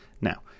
Now